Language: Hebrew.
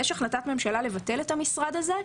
יש החלטת ממשלה לבטל את המשרד הזה,